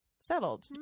Settled